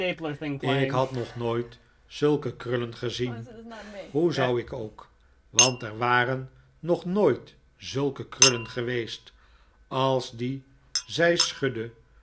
ik had nog nooit zulke krullen gezien hoe zou ik ook want er waren nog nooit zulke krullen geweest als die zij schudde